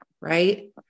right